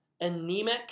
anemic